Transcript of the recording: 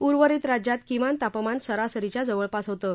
उर्वरित राज्यात किमान तापमान सरासरीच्या जवळपास होतं